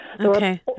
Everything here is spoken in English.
Okay